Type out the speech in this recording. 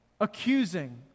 accusing